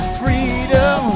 freedom